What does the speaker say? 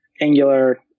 Angular